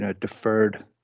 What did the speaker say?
deferred